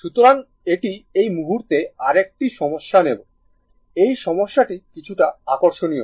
সুতরাং এটি এই মুহূর্তে আরেকটি সমস্যা নেব এই সমস্যাটি কিছুটা আকর্ষণীয়